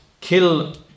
kill